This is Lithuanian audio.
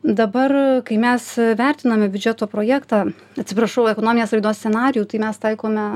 dabar kai mes vertiname biudžeto projektą atsiprašau ekonominės raidos scenarijų tai mes taikome